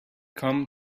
come